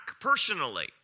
personally